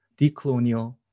decolonial